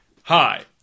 hi